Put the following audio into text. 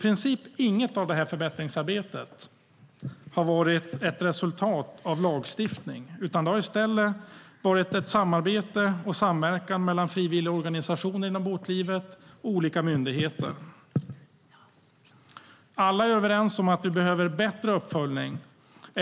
I princip inget av förbättringsarbetet har varit ett resultat av lagstiftning. Det har i stället varit ett samarbete och en samverkan mellan frivilligorganisationer inom båtlivet och olika myndigheter. Alla är överens om att vi behöver bättre uppföljning.